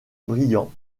brillant